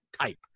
type